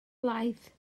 laeth